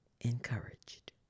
encouraged